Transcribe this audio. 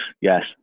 Yes